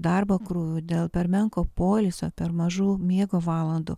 darbo krūvių dėl per menko poilsio per mažų miego valandų